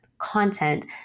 content